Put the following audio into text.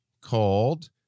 called